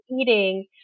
eating